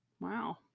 Wow